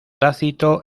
tácito